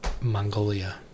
Mongolia